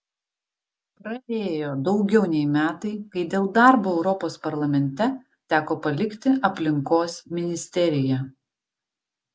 praėjo daugiau nei metai kai dėl darbo europos parlamente teko palikti aplinkos ministeriją